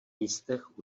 místech